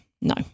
No